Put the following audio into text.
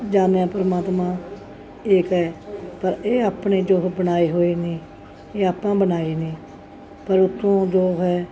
ਜਾਂਦੇ ਹਾਂ ਪਰਮਾਤਮਾ ਏਕ ਹੈ ਪਰ ਇਹ ਆਪਣੇ ਜੋ ਬਣਾਏ ਹੋਏ ਨੇ ਇਹ ਆਪਾਂ ਬਣਾਏ ਨੇ ਪਰ ਉੱਥੋਂ ਜੋ ਹੈ